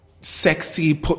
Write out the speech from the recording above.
Sexy